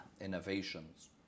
innovations